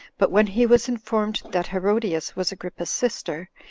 but when he was informed that herodias was agrippa's sister,